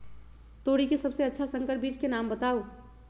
तोरी के सबसे अच्छा संकर बीज के नाम बताऊ?